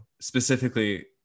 specifically